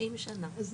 30 שנה.